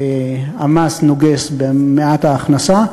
והמס נוגס במעט ההכנסה.